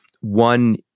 one